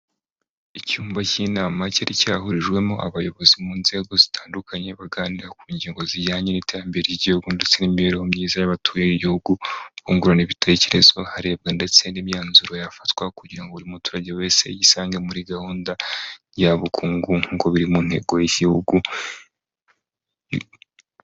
Icyumba cy'inama cyari cyahurijwemo abayobozi mu nzego zitandukanye baganira ku ngingo zijyanye n'iterambere ry'igihugu ndetse n'imibereho myiza y'abatuye igihugu, bungurana ibitekerezo, harebwa ndetse n'imyanzuro yafatwa kugira ngo buri muturage wese yisange muri gahunda njyabukungu nkuko biri mu ntego y'igihugu.